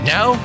Now